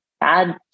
bad